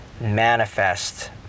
manifest